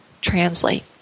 translate